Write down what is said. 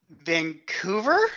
Vancouver